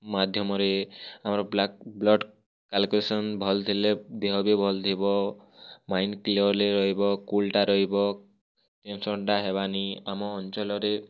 ମାଧ୍ୟମରେ ଆମର black blood circulation ଭଲ୍ ଥିଲେ ଦେହ ବି ଭଲ୍ ଥିବ ମାଇଣ୍ଡ୍ କ୍ଳିୟର୍ଲି ରହିବ କୁଲ୍ଟା ରହିବ ଥଣ୍ଡା ହେବାନି ଆମ ଅଞ୍ଚଲରେ